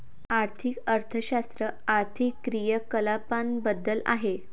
आर्थिक अर्थशास्त्र आर्थिक क्रियाकलापांबद्दल आहे